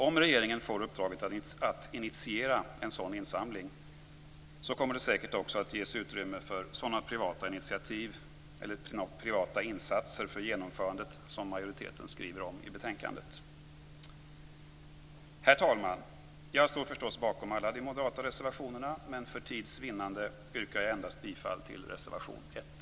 Om regeringen får uppdraget att initiera en sådan insamling kommer det säkert också att ges utrymme för sådana privata initiativ eller privata insatser vad gäller genomförandet som majoritetens skriver om i betänkandet. Herr talman! Jag står förstås bakom alla de moderata reservationerna, men för tids vinnande yrkar jag endast bifall till reservation 1.